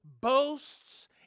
boasts